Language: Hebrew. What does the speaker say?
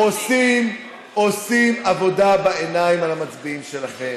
אתם עושים עבודה בעיניים על המצביעים שלכם.